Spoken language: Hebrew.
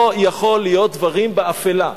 לא יכולים להיות דברים באפלה.